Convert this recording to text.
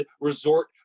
resort